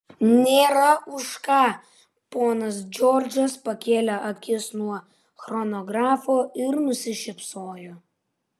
nėra už ką ponas džordžas pakėlė akis nuo chronografo ir nusišypsojo